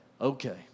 Okay